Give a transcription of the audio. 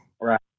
Right